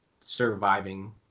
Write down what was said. surviving